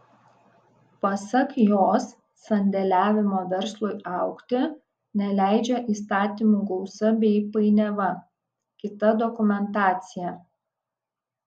pasak jos sandėliavimo verslui augti neleidžia įstatymų gausa bei painiava kita dokumentacija